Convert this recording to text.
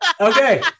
Okay